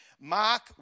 Mark